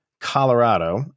colorado